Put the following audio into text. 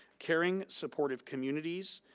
caring supportive communities,